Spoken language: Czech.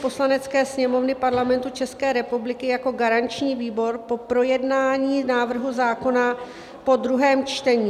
Poslanecké sněmovny Parlamentu České republiky jako garanční výbor po projednání návrhu zákona po druhém čtení: